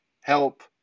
help